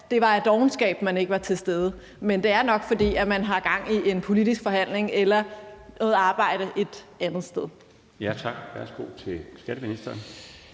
grund af dovenskab, man ikke var til stede. Men det er nok, fordi man har gang i en politisk forhandling eller noget arbejde et andet sted.